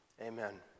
Amen